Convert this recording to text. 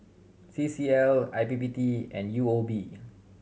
C C L I P P T and U O B